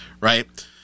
Right